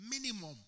minimum